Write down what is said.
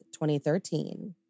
2013